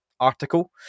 Article